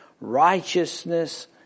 righteousness